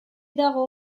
dago